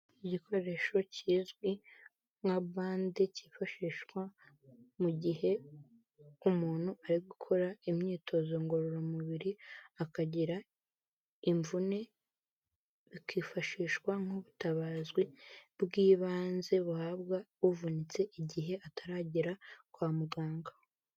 Igikoresho kizwi nka bande cyifashishwa mu gihe umuntu ari gukora imyitozo ngororamubiri akagira imvune, bikifashishwa nk'ubutabazi bw'ibanze buhabwa buvunitse igihe ataragera kwa muganga.